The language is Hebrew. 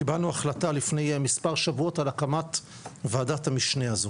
קיבלנו החלטה לפני מספר שבועות על הקמת ועדת המשנה הזו.